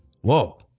Whoa